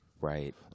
Right